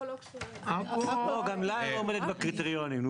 עכו גם --- לא עומדת בקריטריונים.